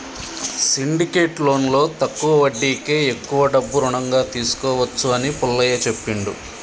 syndicate లోన్లో తక్కువ వడ్డీకే ఎక్కువ డబ్బు రుణంగా తీసుకోవచ్చు అని పుల్లయ్య చెప్పిండు